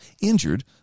injured